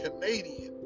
Canadian